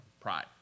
Pride